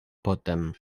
potem